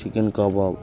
chicken kebab